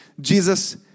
Jesus